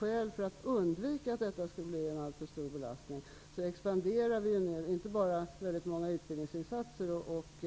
Men för att undvika att detta skall bli en alltför stor belastning utökar vi ju nu inte bara många utbildningsinsatser och